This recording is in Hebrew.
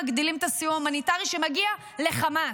מגדילים את הסיוע ההומניטרי שמגיע לחמאס.